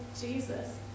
Jesus